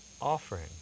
offering